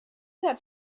that